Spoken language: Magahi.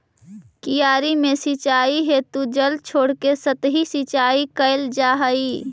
क्यारी में सिंचाई हेतु जल छोड़के सतही सिंचाई कैल जा हइ